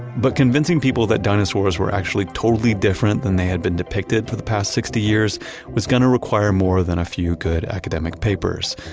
but convincing people that dinosaurs were actually totally different than they had been depicted for the past sixty years was going to require more than few good academic papers.